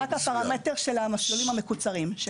רק הפרמטר של המסלולים המקוצרים.